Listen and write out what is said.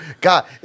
God